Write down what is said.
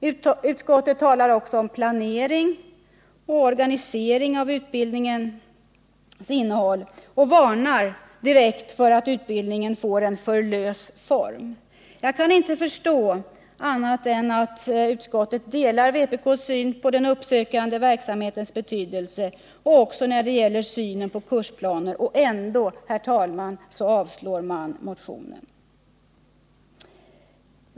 Utskottet talar också om planering och organisering av utbildningens innehåll och varnar direkt för att utbildningen får en för lös form. Jag kan inte förstå annat än att utskottet delar vpk:s syn på den uppsökande verksamhetens betydelse och även när det gäller synen på kursplaner, men ändå avstyrks motionen.